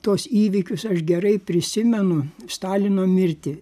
tuos įvykius aš gerai prisimenu stalino mirtį